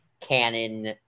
canon